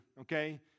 Okay